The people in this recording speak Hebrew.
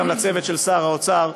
גם לצוות של שר האוצר,